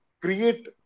create